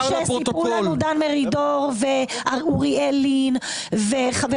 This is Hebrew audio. אמרו לנו דן מרידור ואוריאל לדין וחבר